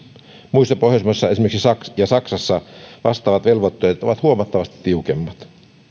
muissa pohjoismaissa ja saksassa vastaavat velvoitteet ovat huomattavasti tiukemmat